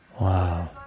Wow